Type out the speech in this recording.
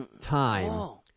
time